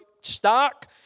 stock